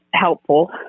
helpful